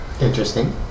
Interesting